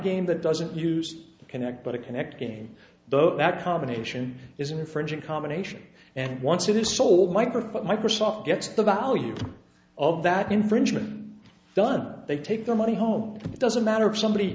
game that doesn't use connect but a connecting those that combination is infringing combination and once it is sold microphone microsoft gets the value of that infringement done they take the money home it doesn't matter if somebody